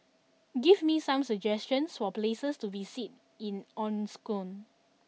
give me some suggestions for places to visit in Asuncion